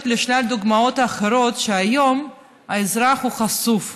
לשלל דוגמאות אחרות לבך שהיום האזרח חשוף,